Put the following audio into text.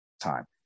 time